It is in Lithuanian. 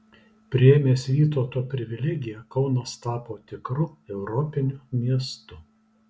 priėmęs vytauto privilegiją kaunas tapo tikru europiniu miestu